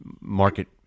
market